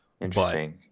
Interesting